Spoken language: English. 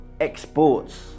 exports